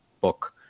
book